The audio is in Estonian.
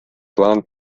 plaan